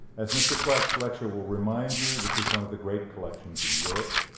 as mr. clarke's lecture will remind you, this is one of the great collections in europe,